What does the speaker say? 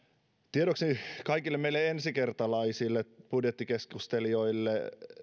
tiedoksi kaikille meille ensikertalaisille budjettikeskustelijoille että